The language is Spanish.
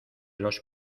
los